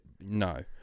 No